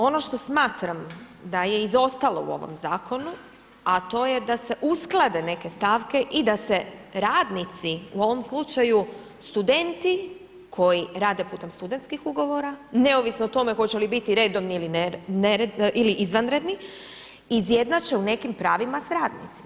Ono što smatram da je izostalo u ovom zakonu, a to je da se usklade neke stavke i da se radnici, u ovom slučaju studenti koji rade putem studentskih ugovora, neovisno o tome hoće li biti redovni ili izvanredni, izjednače u nekim pravima s radnicima.